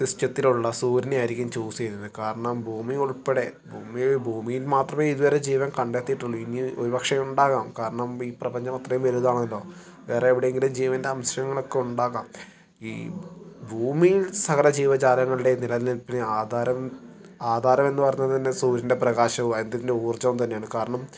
സിസ്റ്റത്തിലുള്ള സൂര്യനെ ആയിരിക്കും ചൂസ് ചെയ്യുന്നത് കാരണം ഭൂമി ഉൾപ്പെടെ ഭൂമിയിൽ ഭൂമിയിൽ മാത്രമേ ഇതുവരെ ജീവൻ കണ്ടെത്തിയിട്ടുള്ളു ഇനി ഒരു പക്ഷേ ഉണ്ടാവാം കാരണം ഈ പ്രപഞ്ചം അത്രയും വലുതാണല്ലോ വേറെ എവിടെയെങ്കിലും ജീവൻ്റെ അംശങ്ങളോക്കെ ഉണ്ടാകാം ഈ ഭൂമിയിൽ സകല ജീവജാലങ്ങളുടെയും നിലനിൽപ്പിന് ആധാരം ആധാരം എന്നുപറയുന്നത് തന്നെ സൂര്യൻ്റെ പ്രകാശവും അതിൻ്റന്നെ ഊർജ്ജവും തന്നെയാണ് കാരണം